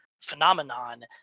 phenomenon